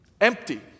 Empty